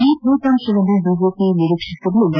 ಈ ಫಲಿತಾಂಶವನ್ನು ಬಿಜೆಪಿ ನಿರೀಕ್ಷಿಸಿರಲಿಲ್ಲ